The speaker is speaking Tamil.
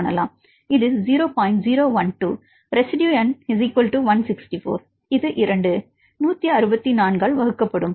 012 ரெஸிட்யு எண் 164 இருக்கும் இது இந்த 2 164 ஆல் வகுக்கப்படும்